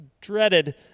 dreaded